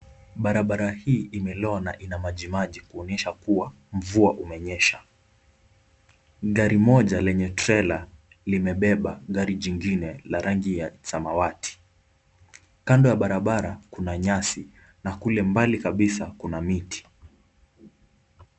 Barabara hii imeloa na ina majimaji kuonyesha kuwa mvua umenyesha. Gari moja lenye Trela, limebeba gari jingine la rangi ya samawati . Kando ya barabara kuna nyasi na kule mbali kabisa kuna miti.